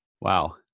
Wow